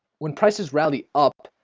when prices rally up